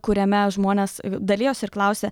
kuriame žmonės dalijosi ir klausė